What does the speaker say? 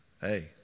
Hey